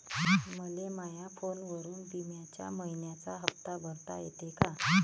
मले माया फोनवरून बिम्याचा मइन्याचा हप्ता भरता येते का?